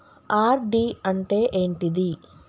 RD అంటే ఏంటిది?